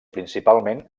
principalment